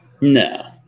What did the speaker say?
No